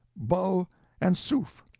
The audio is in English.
bo and soof,